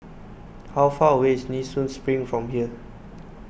how far away is Nee Soon Spring from here